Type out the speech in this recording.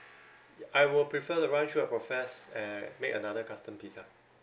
I will prefer the [one] should have process and make another custom pizza